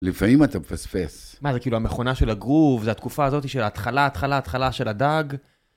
לפעמים אתה מפספס. -מה זה כאילו המכונה של הגרוב? זה התקופה הזאת של ההתחלה, ההתחלה, ההתחלה של הדג?